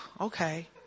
okay